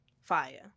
fire